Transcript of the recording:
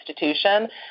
institution